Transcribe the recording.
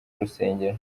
urusengero